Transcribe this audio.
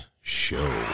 Show